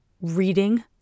reading